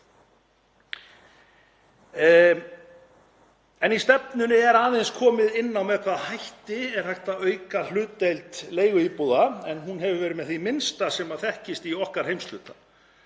En í stefnunni er aðeins komið inn á með hvaða hætti er hægt að auka hlutdeild leiguíbúða en hún hefur verið með því minnsta sem þekkist í okkar heimshluta.